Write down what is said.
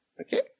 Okay